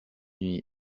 unis